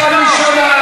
אתה משקר.